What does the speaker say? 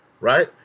right